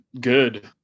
good